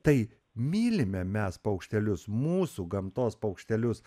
tai mylime mes paukštelius mūsų gamtos paukštelius